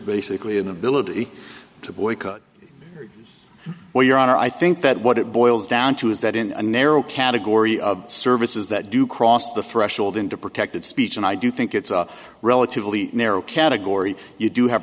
basically an ability to boycott or your honor i think that what it boils down to is that in a narrow category of services that do cross the threshold into protected speech and i do think it's a relatively narrow category you do have